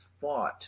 fought